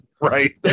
Right